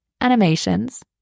animations